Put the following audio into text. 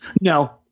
No